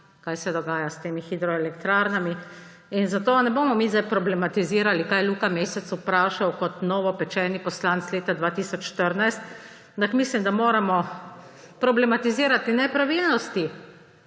kaj se dogaja s temi hidroelektrarnami. Zato ne bomo mi zdaj problematizirali, kaj je Luka Mesec vprašal kot novopečeni poslanec leta 2014, ampak mislim, da moramo problematizirati nepravilnosti,